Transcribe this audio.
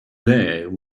there